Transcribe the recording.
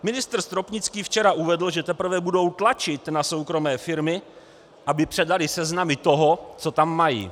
Ministr Stropnický včera uvedl, že teprve budou tlačit na soukromé firmy, aby předaly seznamy toho, co tam mají.